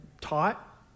taught